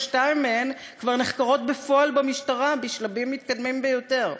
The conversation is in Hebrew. ושתיים מהן כבר נחקרות בפועל במשטרה בשלבים מתקדמים ביותר.